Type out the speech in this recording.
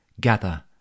gather